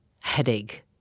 headache